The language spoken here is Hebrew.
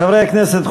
חברי הכנסת,